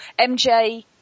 MJ